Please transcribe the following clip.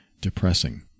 depressing